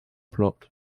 plot